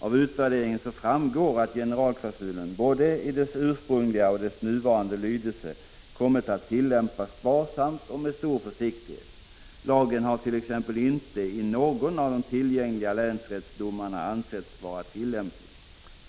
Av utvärderingen framgår att generalklausulen både i sin ursprungliga och nuvarande lydelse kommit att tillämpas sparsamt och med stor försiktighet. Lagen hart.ex. inte i någon av de tillgängliga länsrättsdomarna ansetts vara tillämplig.